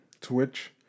Twitch